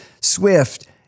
SWIFT